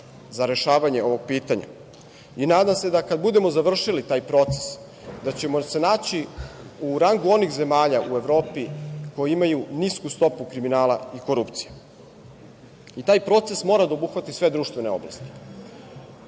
za rešavanje ovog pitanja. Nadam se da kada budemo završili taj proces, da ćemo se naći u rangu onih zemalja u Evropi koji imaju nisku stopu kriminala i korupcije. Taj proces mora da obuhvati sve društvene oblasti.